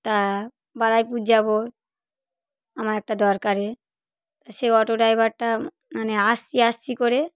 তা বারুইপুর যাবো আমার একটা দরকারে সেই অটো ড্রাইভারটা মানে আসছি আসছি করে